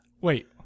Wait